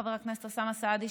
חבר הכנסת אוסאמה סעדי,